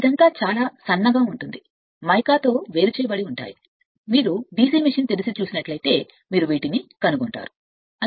ఇదంతా చాలా సన్నగా ఉంటుంది మీరు డిసి మెషీన్లో తెరిచి చూస్తున్నట్లయితే మీరు కనుగొంటారు మరియు వేరు చేస్తారు మైకా